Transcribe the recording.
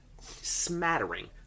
smattering